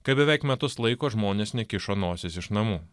kai beveik metus laiko žmonės nekišo nosies iš namų